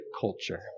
culture